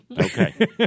Okay